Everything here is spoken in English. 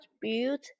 built